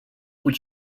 would